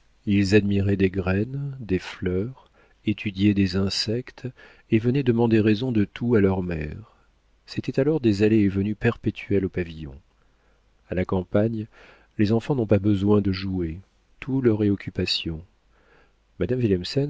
ils admiraient des graines des fleurs étudiaient des insectes et venaient demander raison de tout à leur mère c'était alors des allées et venues perpétuelles au pavillon a la campagne les enfants n'ont pas besoin de jouets tout leur est occupation madame